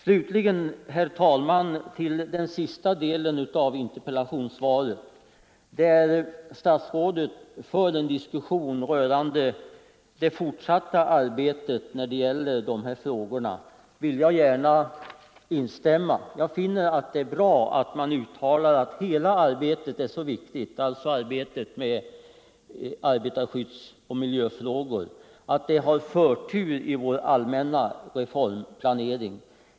Slutligen, herr talman, vill jag gärna instämma i den sista delen av interpellationssvaret, där statsrådet för en diskussion rörande det fortsatta arbetet. Det är bra att frågorna om arbetarskydd och arbetsmiljö anses så viktiga att de har förtur i vår allmänna reformplanering.